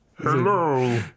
hello